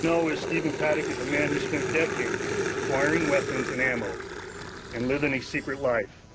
know is steven paddock is a man who spent decades acquiring weapons and ammo and living a secret life,